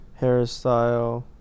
hairstyle